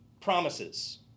promises